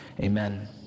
Amen